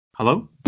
Hello